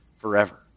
forever